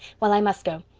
well, i must go.